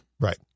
Right